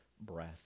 breath